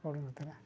ପଡ଼ୁନଥିଲା